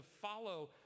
follow